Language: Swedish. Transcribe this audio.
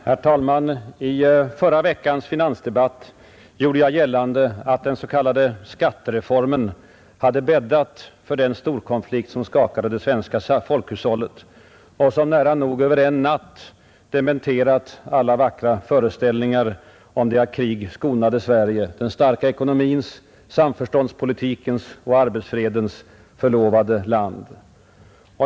Herr talman! I förra veckans finansdebatt gjorde jag gällande att den s.k. skattereformen hade bäddat för den storkonflikt som skakade det svenska folkhushållet och som nära nog över en natt dementerat alla vackra föreställningar om det av krig skonade Sverige — den starka ekonomins, samförståndspolitikens och arbetsfredens förlovade land.